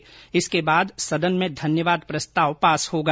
्रेस इसके बाद सदन में धन्यवाद प्रस्ताव पास होगा